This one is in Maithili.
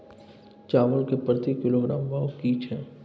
चावल के प्रति किलोग्राम भाव की छै?